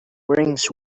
rings